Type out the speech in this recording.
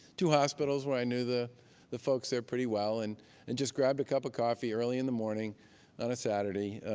two hospitals where i knew the the folks there pretty well, and and just grabbed a cup of coffee early in the morning on a saturday